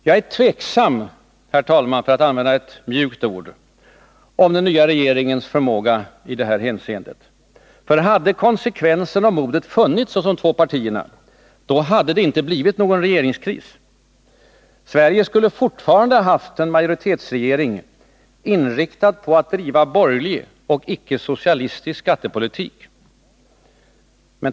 Jag är tveksam, herr talman, för att använda ett mjukt ord, om den nya regeringens förmåga i det här hänseendet. Hade konsekvensen och modet funnits hos de två partierna, då hade det inte blivit någon regeringskris. Sverige skulle fortfarande ha haft en majoritetsregering, inriktad på att driva borgerlig och icke socialistisk skattepolitik.